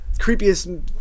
creepiest